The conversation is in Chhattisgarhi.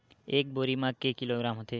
एक बोरी म के किलोग्राम होथे?